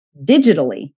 digitally